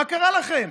מה קרה לכם?